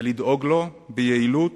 ולדאוג לו ביעילות,